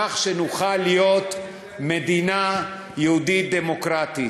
כך שנוכל להיות מדינה יהודית דמוקרטית.